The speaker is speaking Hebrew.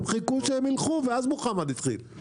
הם חיכו שהם ילכו ואז מוחמד התחיל.